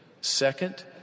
Second